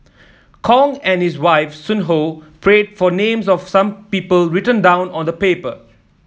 Kong and his wife Sun Ho prayed for names of some people written down on paper